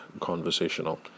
conversational